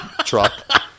truck